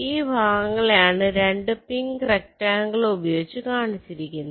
ഈ ഭാഗങ്ങളെ ആണ് 2 പിങ്ക് റെക്ടന്ഗലുകൾ ഉപയോഗിച്ചു കാണിച്ചിരിക്കുന്നത്